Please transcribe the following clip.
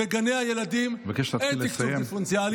בגני הילדים אין תקצוב דיפרנציאלי,